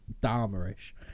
Dharma-ish